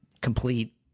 complete